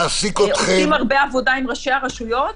עושים הרבה עבודה עם ראשי רשויות,